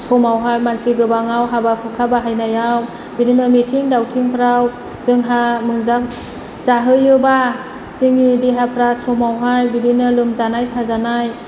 समावहाय मानसि गोबाङाव हाबा हुखा बाहायनायाव बिदिनो मिथिं दावथिंफ्राव जोंहा मोजां जाहोयोब्ला जोंनि देहाफ्रा समावहाय बिदिनो लोमजानाय साजानाय